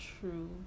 true